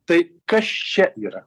tai kas čia yra